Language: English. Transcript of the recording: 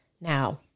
Now